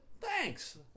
thanks